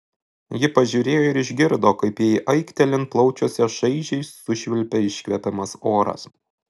ji pažiūrėjo ir išgirdo kaip jai aiktelint plaučiuose šaižiai sušvilpia iškvepiamas oras